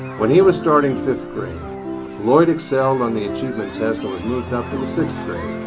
when he was starting fifth grade lloyd excelled on the achievement test and was moved up to the sixth grade,